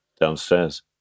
downstairs